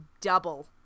double